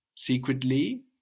Secretly